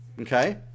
Okay